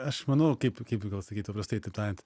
aš manau kaip kaip sakyt paprastai taip tariant